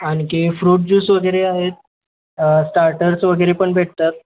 आणखी fruit juice वगैरे आहेत स्टार्टर्स वगैरे पण भेटतात